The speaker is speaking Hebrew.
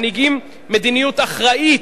מנהיגים מדיניות אחראית,